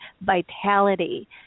vitality